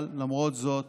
אבל למרות זאת